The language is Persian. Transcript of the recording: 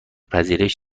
پذیرش